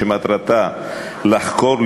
שמטרתה לחקור,